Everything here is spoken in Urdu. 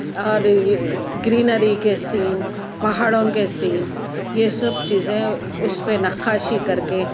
اور گرینری کے سین پہاڑوں کے سین یہ سب چیزیں اُس پہ نقاشی کرکے